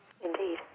Indeed